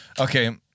Okay